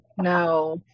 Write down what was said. No